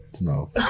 No